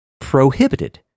prohibited